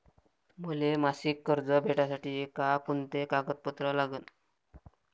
मले मासिक कर्ज भेटासाठी का कुंते कागदपत्र लागन?